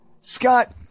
Scott